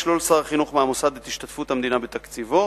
ישלול שר החינוך מהמוסד את השתתפות המדינה בתקציבו.